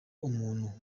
umuntu